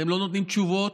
אתם לא נותנים תשובות,